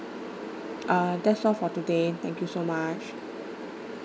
uh that's all for today thank you so much